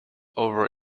over